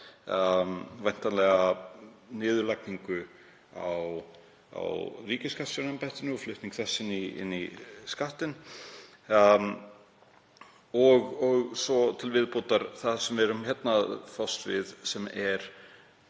væntanlega niðurlagningu á ríkisskattstjóraembættinu og flutning þess inn í Skattinn og svo til viðbótar það sem við erum að fást við hér, sem er